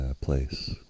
place